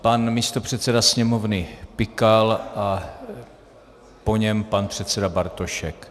Pan místopředseda Sněmovny Pikal a po něm pan předseda Bartošek.